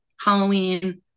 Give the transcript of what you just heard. halloween